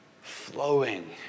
flowing